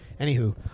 anywho